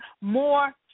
more